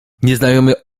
nieznajomy